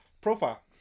profile